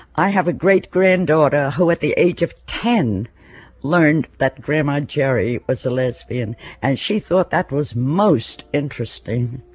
i have a great-granddaughter who at the age of ten learned that grandma jheri was a lesbian and she thought that was most interesting,